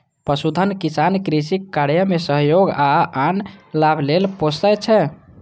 पशुधन किसान कृषि कार्य मे सहयोग आ आन लाभ लेल पोसय छै